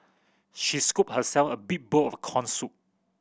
she scooped herself a big bowl of corn soup